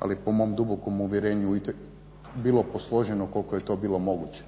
ali je po mom dubokom uvjerenju bilo posloženo koliko je to bilo moguće.